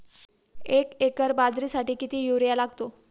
एक एकर बाजरीसाठी किती युरिया लागतो?